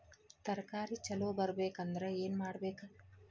ತರಕಾರಿ ಛಲೋ ಬರ್ಬೆಕ್ ಅಂದ್ರ್ ಏನು ಮಾಡ್ಬೇಕ್?